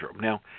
Now